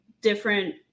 different